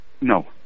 No